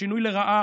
השינוי לרעה,